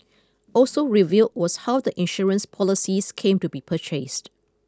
also revealed was how the insurance policies came to be purchased